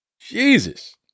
Jesus